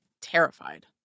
terrified